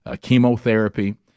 chemotherapy